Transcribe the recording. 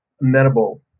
amenable